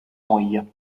moglie